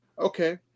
Okay